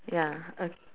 ya okay